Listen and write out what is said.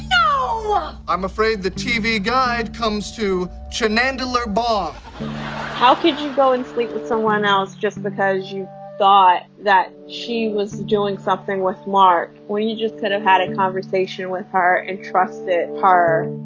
no i'm afraid the tv guide comes to chanandelor bong how could you go and sleep with someone else just because you thought that she was doing something with mark when you you just could have had a conversation with her and trusted her?